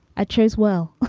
i chose well,